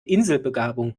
inselbegabung